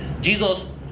Jesus